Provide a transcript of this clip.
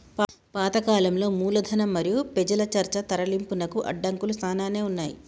పాత కాలంలో మూలధనం మరియు పెజల చర్చ తరలింపునకు అడంకులు సానానే ఉన్నాయి